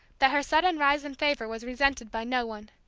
that her sudden rise in favor was resented by no one.